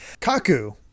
Kaku